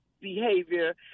behavior